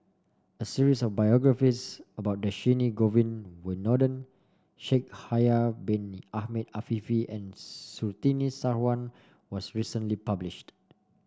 a series of biographies about Dhershini Govin Winodan Shaikh Yahya Bin Ahmed Afifi and Surtini Sarwan was recently published